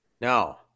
Now